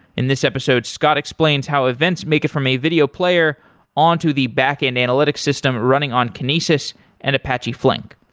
in this episode, scott explains how events make it from a video player on to the backend analytics system running on kinesis and apache flink.